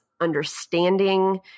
understanding